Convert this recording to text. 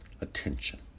attention